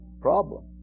Problem